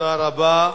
תודה רבה.